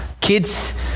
kids